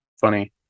funny